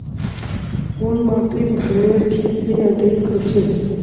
कुन माटित धानेर खेती अधिक होचे?